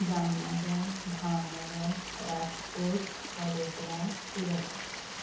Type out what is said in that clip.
Jamnagar Bhavnagar Rajkot Vadodara Surat